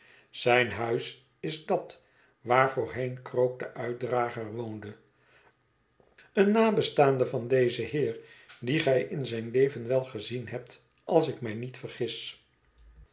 zijn huis is dat waar voorheen krook de uitdrager woonde een nabestaande van dezen heer dien gij in zijn leven wel gezien hebt als ik mij niet vergis